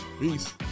Peace